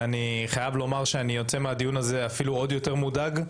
ואני חייב לומר שאני יוצא מהדיון הזה אפילו עוד יותר מודאג.